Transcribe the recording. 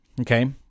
okay